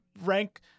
rank